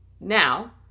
Now